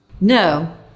no